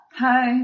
Hi